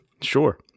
sure